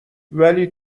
ولی